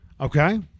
Okay